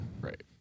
right